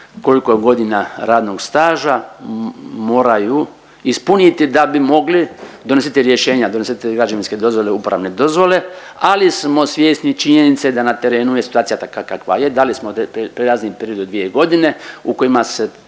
koliko je godina radnog staža moraju ispuniti da bi mogli donositi rješenja, donositi građevinske dozvole i uporabne dozvole, ali smo svjesni činjenice da na terenu je situacija takva kakva je, dali smo prijelazni period od dvije godine u kojima se